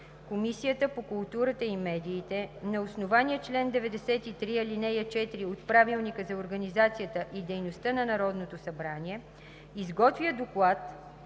Комисията по културата и медиите на основание чл. 93, ал. 4 от Правилника за организацията и дейността на Народното събрание изготвя доклад